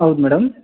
ಹೌದು ಮೇಡಮ್